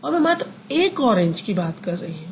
और मैं मात्र एक ऑरेंज की बात कर रही हूँ